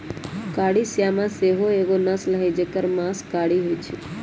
कारी श्यामा सेहो एगो नस्ल हई जेकर मास कारी होइ छइ